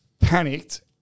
panicked